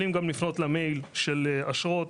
יכולים גם לפנות למייל של אשרות,